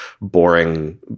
boring